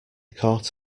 caught